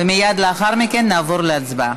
ומייד לאחר מכן נעבור להצבעה.